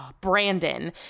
Brandon